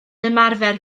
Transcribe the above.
ymarfer